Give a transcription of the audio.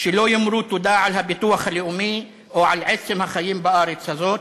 שלא יאמרו תודה על הביטוח הלאומי או על עצם החיים בארץ הזאת.